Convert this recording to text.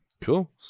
Cool